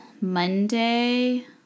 Monday